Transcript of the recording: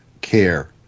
care